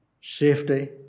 safety